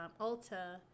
Ulta